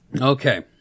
Okay